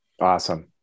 Awesome